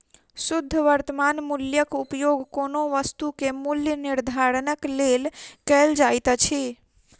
शुद्ध वर्त्तमान मूल्यक उपयोग कोनो वस्तु के मूल्य निर्धारणक लेल कयल जाइत अछि